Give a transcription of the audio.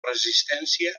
resistència